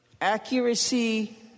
accuracy